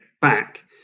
back